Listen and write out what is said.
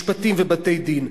משפטים ובתי-דין.